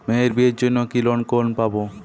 মেয়ের বিয়ের জন্য কি কোন লোন পাব?